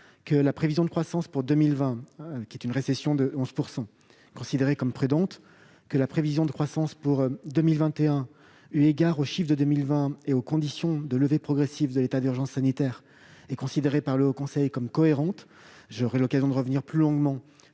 que la prévision de croissance pour 2020, à savoir une récession de 11 %, est considérée comme prudente, et que la prévision de croissance pour 2021, eu égard aux chiffres de 2020 et aux conditions de levée progressive de l'état d'urgence sanitaire, est considérée par le Haut Conseil comme cohérente. J'aurai l'occasion de revenir plus longuement